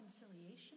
reconciliation